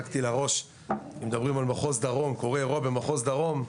אם קורה אירוע במחוז דרום,